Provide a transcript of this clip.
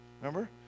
remember